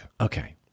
Okay